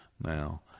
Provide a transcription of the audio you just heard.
now